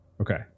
okay